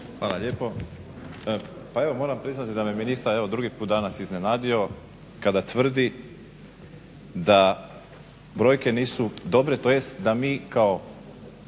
Hvala lijepo. Pa evo, moram priznati da me ministar, evo drugi put danas iznenadio kada tvrdi da brojke nisu dobre, tj. da mi kao